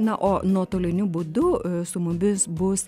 na o nuotoliniu būdu su mumis bus